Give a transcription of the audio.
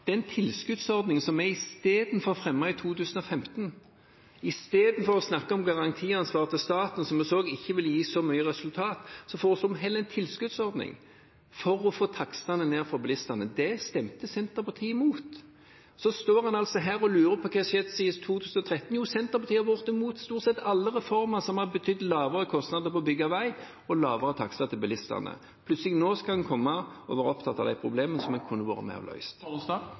den tilskuddsordningen som vi fremmet i 2015. Istedenfor å snakke om garantiansvar til staten, som vi så ikke ville gi så mange resultat, foreslo vi heller en tilskuddsordning for å få takstene ned for bilistene. Det stemte Senterpartiet imot. Så står en altså her og lurer på hva som har skjedd siden 2013. Jo, Senterpartiet har vært imot stort sett mot alle reformer som hadde betydd lavere kostnader for å bygge vei og lavere takster for bilistene. Nå skal en plutselig komme og være opptatt av problemene som en kunne ha vært med på å